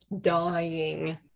dying